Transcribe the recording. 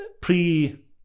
pre